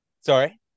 Sorry